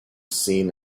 seen